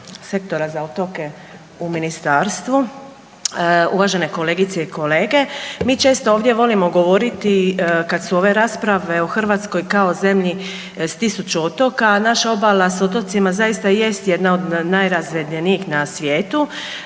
Sektora za otoke u ministarstvu, uvažene kolegice i kolege. Mi često volimo ovdje govoriti kad su ove rasprave u Hrvatskoj kao zemlji s tisuću otoka, a naša obala s otocima zaista jest jedna od najrazvedenijih na svijetu.